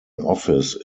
office